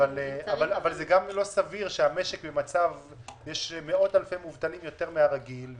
-- אבל זה גם לא סביר שיש מאות אלפי מובטלים יותר מהרגיל,